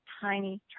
tiny